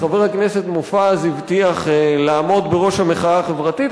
שחבר הכנסת מופז הבטיח לעמוד בראש המחאה החברתית.